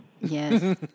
Yes